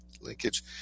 linkage